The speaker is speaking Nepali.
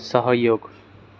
सहयोग